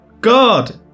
God